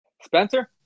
Spencer